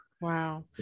Wow